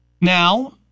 Now